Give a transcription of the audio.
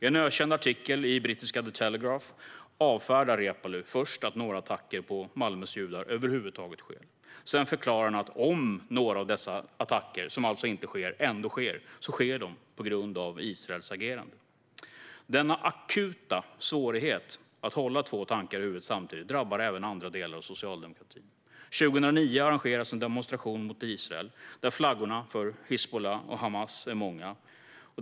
I en ökänd artikel i brittiska The Telegraph avfärdar Reepalu först att några attacker på Malmös judar över huvud taget sker. Sedan förklarar han att om några av dessa attacker, som alltså inte sker, ändå sker, så sker de på grund av Israels agerande. Denna akuta svårighet när det gäller att hålla två tankar i huvudet samtidigt drabbar även andra delar av socialdemokratin. År 2009 arrangerades en demonstration mot Israel där flaggorna för Hizbullah och Hamas var många.